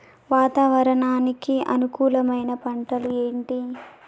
వాతావరణానికి అనుకూలమైన పంటలు ఏంటి?